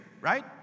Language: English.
Right